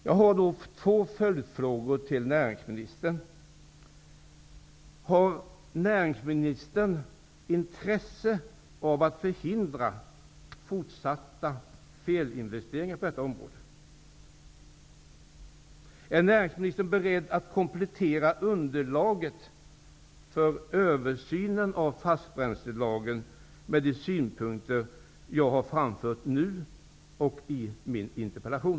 Jag har två följdfrågor till näringsministern. Har näringsministern något intresse av att förhindra fortsatta felinvesteringar på detta område? Är näringsministern beredd att komplettera underlaget för översynen av fastbränslelagen med de synpunkter som jag nu har framfört och som jag framför i min interpellation?